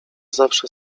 zawsze